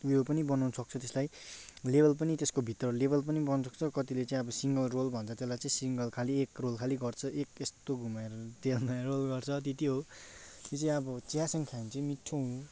उयो पनि बनाउनु सक्छ त्यसलाई लेबल पनि त्यसको भित्र लेबल पनि गर्नुसक्छ कतिले चाहिँ अब सिङ्गल रोल भन्छ त्यसलाई चाहिँ सिङ्गल खालि एक रोल खालि गर्छ एक यस्तो घुमाएर त्यसलाई रोल गर्छ त्यति हो त्यो चाहिँ अब चियासँग खायो भने चाहिँ मिठो